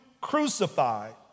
crucified